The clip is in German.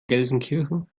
gelsenkirchen